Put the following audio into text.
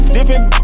Different